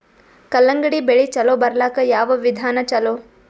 ಕಲ್ಲಂಗಡಿ ಬೆಳಿ ಚಲೋ ಬರಲಾಕ ಯಾವ ವಿಧಾನ ಚಲೋ?